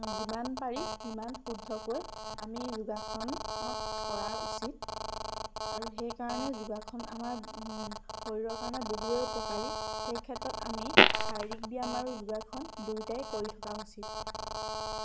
যিমান পাৰি সিমান শুদ্ধকৈ আমি যোগাসনত কৰা উচিত আৰু সেইকাৰণে যোগাসন আমাৰ শৰীৰৰ কাৰণে বহুৱেই উপকাৰী সেই ক্ষেত্ৰত আমি শাৰীৰিক ব্যায়াম আৰু যোগাসন দুয়োটাই কৰি থকা উচিত